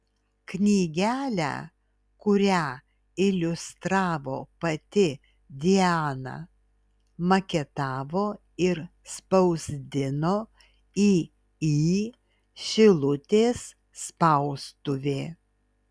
knygelę kurią iliustravo pati diana maketavo ir spausdino iį šilutės spaustuvė